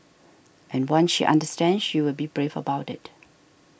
and once she understands she will be brave about it